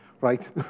Right